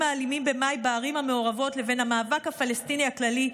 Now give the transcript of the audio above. האלימים במאי בערים המעורבות לבין המאבק הפלסטיני הכללי,